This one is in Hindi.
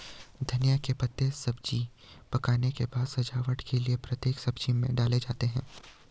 धनिया के पत्ते सब्जी पकने के बाद सजावट के लिए प्रत्येक सब्जी में डाले जाते हैं